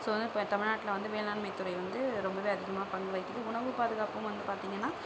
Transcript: so வந்து இப்போ தமிழ்நாட்டில் வந்து வேளாண்மைத்துறை வந்து ரொம்பவே அதிகமாக பங்கு வகிக்கிறது உணவு பாதுகாப்புன்னு வந்து பார்த்தீங்கனா